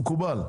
מקובל,